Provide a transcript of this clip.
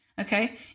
Okay